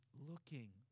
looking